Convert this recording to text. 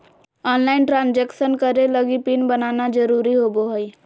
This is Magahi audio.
ऑनलाइन ट्रान्सजक्सेन करे लगी पिन बनाना जरुरी होबो हइ